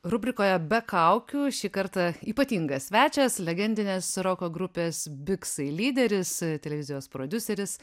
rubrikoje be kaukių šį kartą ypatingas svečias legendinės roko grupės biks lyderis televizijos prodiuseris